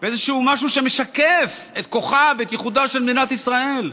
ואיזשהו משהו שמשקף את כוחה ואת ייחודה של מדינת ישראל.